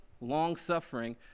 long-suffering